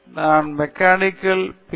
நான் மெக்கானிக்கல் துறை மூன்றாம் வருடம் பி